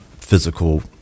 physical